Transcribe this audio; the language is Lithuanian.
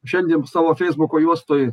šiandien savo feisbuko juostoj